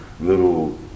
little